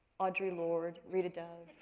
audre lordes, rita dove.